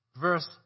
verse